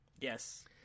Yes